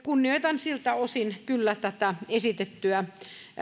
kunnioitan siltä osin kyllä tätä esitettyä